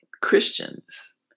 Christians